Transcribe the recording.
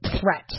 threat